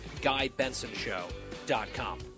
GuyBensonShow.com